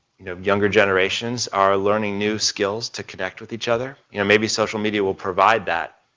you know younger generations are learning new skills to connect with each other, you know, maybe social media will provide that.